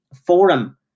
forum